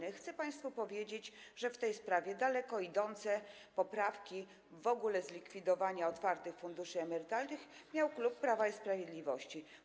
I chcę państwu powiedzieć, że w tej sprawie daleko idące poprawki dotyczące w ogóle zlikwidowania otwartych funduszy emerytalnych miał klub Prawa i Sprawiedliwości.